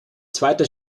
zweiter